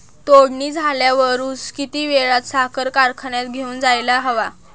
तोडणी झाल्यावर ऊस किती वेळात साखर कारखान्यात घेऊन जायला हवा?